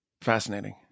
Fascinating